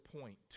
point